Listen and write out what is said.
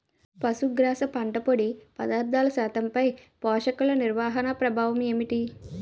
పశుగ్రాస పంట పొడి పదార్థాల శాతంపై పోషకాలు నిర్వహణ ప్రభావం ఏమిటి?